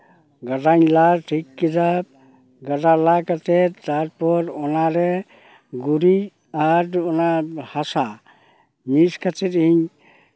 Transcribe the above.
ᱜᱟᱰᱟ ᱞᱟᱧ ᱴᱷᱤᱠ ᱠᱮᱫᱟ ᱜᱟᱰᱟ ᱞᱟᱠᱟᱛᱮ ᱛᱟᱨᱯᱚᱨ ᱚᱱᱟᱨᱮ ᱜᱩᱨᱤᱡ ᱟᱨ ᱚᱱᱟ ᱦᱟᱥᱟ ᱢᱤᱠᱥ ᱠᱟᱛᱮ ᱤᱧ